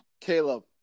Caleb